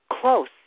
close